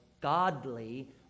godly